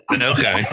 Okay